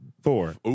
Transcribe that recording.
four